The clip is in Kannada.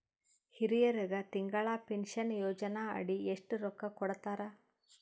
ಹಿರಿಯರಗ ತಿಂಗಳ ಪೀನಷನಯೋಜನ ಅಡಿ ಎಷ್ಟ ರೊಕ್ಕ ಕೊಡತಾರ?